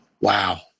Wow